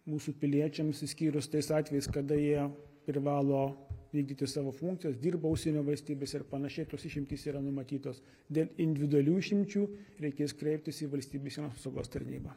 mūsų piliečiams išskyrus tais atvejais kada jie privalo vykdyti savo funkcijas dirba užsienio valstybėse ir panašiai tos išimtys yra numatytos dėl individualių išimčių reikės kreiptis į valstybių sienos apsaugos tarnybą